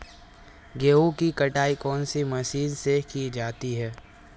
गेहूँ की कटाई कौनसी मशीन से की जाती है?